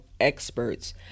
experts